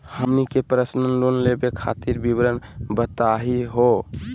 हमनी के personal loan लेवे खातीर विवरण बताही हो?